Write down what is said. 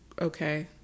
okay